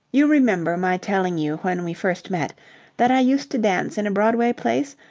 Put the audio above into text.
you remember my telling you when we first met that i used to dance in a broadway place?